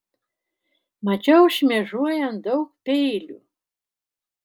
mačiau šmėžuojant daug peilių